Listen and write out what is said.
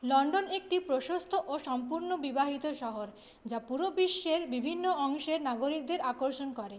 London একটি প্রশস্ত ও সম্পূর্ণ বিবাহিত শহর যা পুরো বিশ্বের বিভিন্ন অংশের নাগরিকদের আকর্ষণ করে